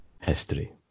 history